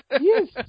Yes